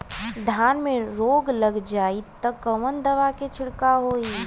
धान में रोग लग जाईत कवन दवा क छिड़काव होई?